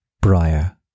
Briar